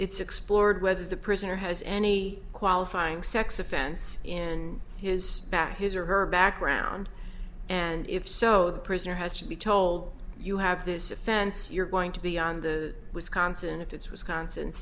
it's explored whether the prisoner has any qualifying sex offense in his back his or her background and if so the prisoner has to be told you have this offense you're going to be on the wisconsin if it's wisconsin